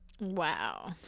Wow